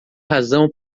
razão